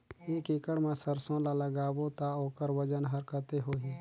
एक एकड़ मा सरसो ला लगाबो ता ओकर वजन हर कते होही?